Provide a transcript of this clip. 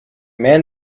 man